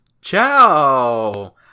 Ciao